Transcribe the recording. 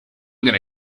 gonna